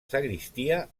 sagristia